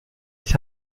ich